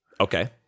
Okay